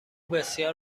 بسیار